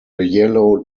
yellow